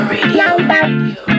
Radio